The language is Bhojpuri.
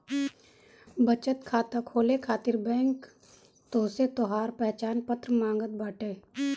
बचत खाता खोले खातिर बैंक तोहसे तोहार पहचान पत्र मांगत बाटे